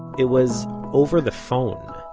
it was, over the phone